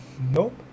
Nope